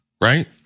right